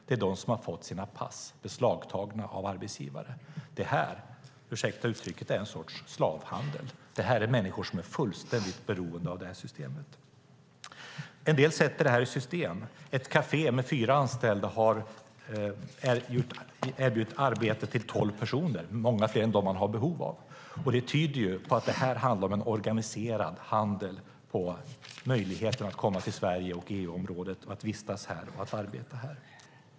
Det är de som har fått sina pass sina pass beslagtagna av arbetsgivaren. Det här är, ursäkta uttrycket, en sorts slavhandel. Det är människor som är fullständigt beroende av det här systemet. En del sätter det här i system. Ett kafé med fyra anställda har erbjudit arbete till tolv personer, många fler än vad man har behov av. Det tyder på att det handlar om en organiserad handel när det gäller människors möjligheter att komma till Sverige och EU-området för att vistas och arbeta här.